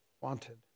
wanted